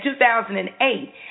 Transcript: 2008